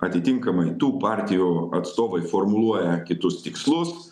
atitinkamai tų partijų atstovai formuluoja kitus tikslus